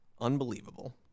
unbelievable